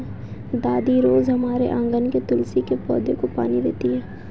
दादी रोज हमारे आँगन के तुलसी के पौधे को पानी देती हैं